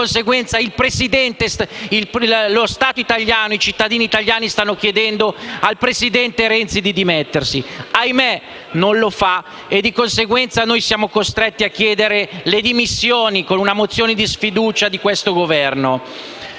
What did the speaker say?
presidente Renzi. Lo Stato italiano e i cittadini italiani stanno chiedendo al presidente Renzi di dimettersi. Ahimè, Renzi non lo fa e di conseguenza noi siamo costretti a chiedere le dimissioni con una mozione di sfiducia a questo Governo.